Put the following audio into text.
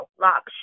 lock